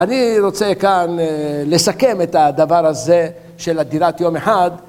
אני רוצה כאן לסכם את הדבר הזה של הדירת יום אחד.